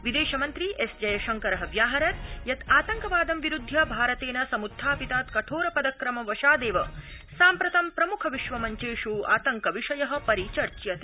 विदेशमन्त्री एस् जयशंकर व्याहरत् यत् आतंकवादं विरूद्वय भारतेन समृत्थापितात् कठोर पदक्रम वशादेव साम्प्रतं प्रमुख विश्व मञ्चेषु आतंक विषय परिचर्च्यते